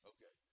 Okay